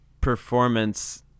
performance